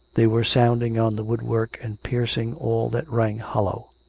they were sounding on the woodwork and piercing all that rang hollow.